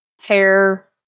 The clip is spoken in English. hair